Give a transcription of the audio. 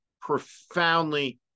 profoundly